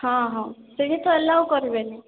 ହଁ ହଁ ସେଇଠି ତ ଆଲାଉ କରିବେନି